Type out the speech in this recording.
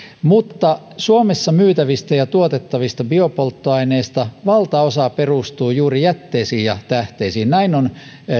mutta suomessa myytävistä ja tuotettavista biopolttoaineista valtaosa perustuu juuri jätteisiin ja tähteisiin näin on